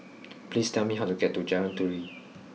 please tell me how to get to Jalan Turi